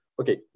okay